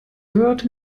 word